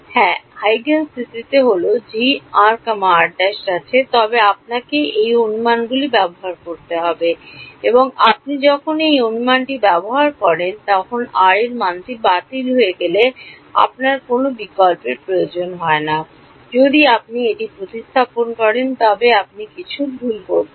হ্যাঁ হুইজেনস নীতিতে হল g r r ′ আছে তবে আপনাকে এই অনুমানগুলি ব্যবহার করতে হবে এবং আপনি যখন এই অনুমানটি ব্যবহার করেন তখন r এর মানটি বাতিল হয়ে গেলে আপনার কোনও বিকল্পের প্রয়োজন হয় না যদি আপনি এটি প্রতিস্থাপন করেন তবে আপনি কিছু ভুল করছেন